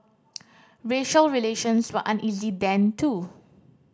racial relations were uneasy then too